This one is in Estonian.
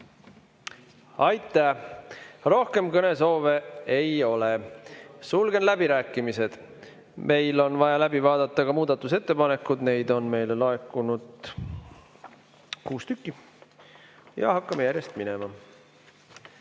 Aitäh! Rohkem kõnesoove ei ole. Sulgen läbirääkimised. Meil on vaja läbi vaadata ka muudatusettepanekud. Neid on meile laekunud kuus tükki. Ja hakkame järjest minema.